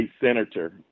senator